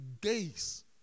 days